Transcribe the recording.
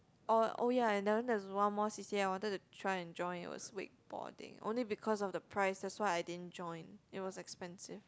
oh oh ya I've learnt there's one more C_C_A I wanted to try and join it was wakeboarding only because of the price that's why I didn't join it was expensive